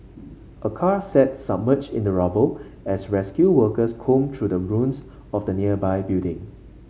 a car sat submerged in the rubble as rescue workers combed through the ruins of the nearby building